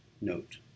note